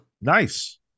Nice